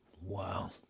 Wow